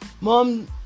mom